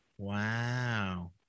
Wow